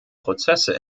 prozesse